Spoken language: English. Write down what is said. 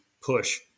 push